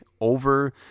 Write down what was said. over